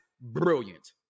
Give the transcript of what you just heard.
brilliant